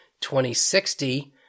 2060